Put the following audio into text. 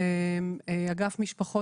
אגף משפחות,